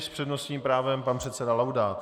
S přednostním právem pan předseda Laudát.